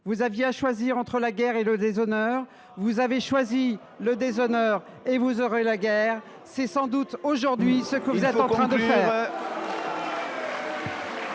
Vous aviez à choisir entre la guerre et le déshonneur. Vous avez choisi le déshonneur, et vous aurez la guerre !» Il faut conclure ! C’est sans doute aujourd’hui ce que vous êtes en train de faire.